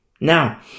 Now